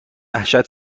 وحشت